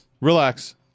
Relax